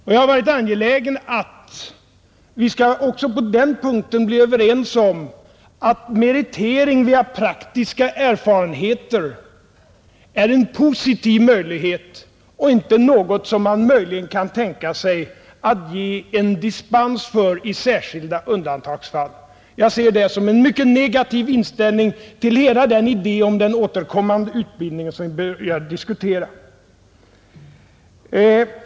Jag har varit angelägen att vi också på denna punkt skall bli överens om att meritering via praktiska erfarenheter är en positiv möjlighet och inte något som man möjligen kan tänka sig att ge dispens för i särskilda undantagsfall. Jag ser det som en mycket negativ inställning till hela den idé om den återkommande utbildningen som vi har börjat diskutera.